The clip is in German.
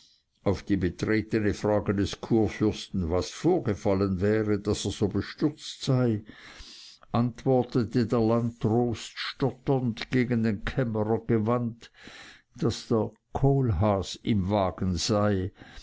auf die betretene frage des kurfürsten was vorgefallen wäre daß er so bestürzt sei antwortete der landdrost stotternd gegen den kämmerer gewandt daß der kohlhaas im wagen sei